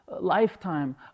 lifetime